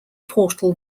portal